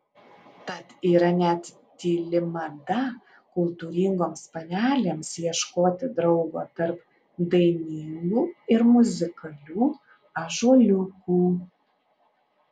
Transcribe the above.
tad yra net tyli mada kultūringoms panelėms ieškoti draugo tarp dainingų ir muzikalių ąžuoliukų